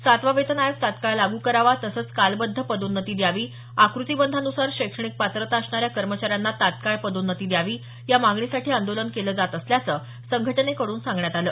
सातवा वेतन आयोग तत्काळ लागू करावा तसंच कालबध्द पदोन्नती द्यावी आकृतिबंधानुसार शैक्षणिक पात्रता असणाऱ्या कर्मचाऱ्यांना तत्काळ पदोन्नती द्यावी या मागणीसाठी आंदोलन केलं जात असल्याचं संघटनेकडून सांगण्यात आलं